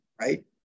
Right